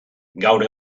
gaur